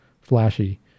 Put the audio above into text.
Flashy